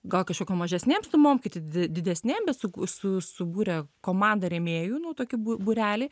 gal kažkokio mažesnėms nu mokyti didi didesniajame suku su subūrė komandą rėmėjų nu tokių bū būrelį